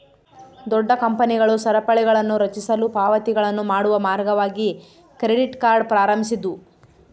ದೊಡ್ಡ ಕಂಪನಿಗಳು ಸರಪಳಿಗಳನ್ನುರಚಿಸಲು ಪಾವತಿಗಳನ್ನು ಮಾಡುವ ಮಾರ್ಗವಾಗಿ ಕ್ರೆಡಿಟ್ ಕಾರ್ಡ್ ಪ್ರಾರಂಭಿಸಿದ್ವು